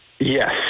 Yes